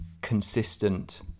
consistent